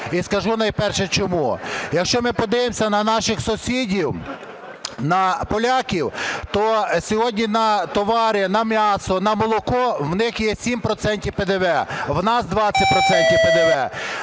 І скажу найперше, чому. Якщо ми подивимося на наших сусідів на поляків, то сьогодні на товари, на м'ясо, на молоко в них є 7 процентів ПДВ,